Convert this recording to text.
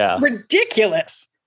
ridiculous